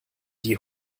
die